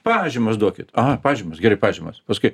pažymas duokit a pažymas geri pažymas paskui